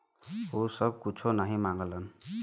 उ सब कुच्छो नाही माँगलन